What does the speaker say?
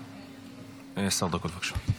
בבקשה.